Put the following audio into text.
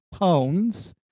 pounds